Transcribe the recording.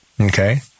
okay